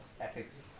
Ethics